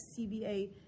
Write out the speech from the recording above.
CBA